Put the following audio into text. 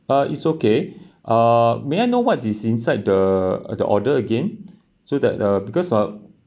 uh it's okay uh may I know what is inside the the order again so that the because uh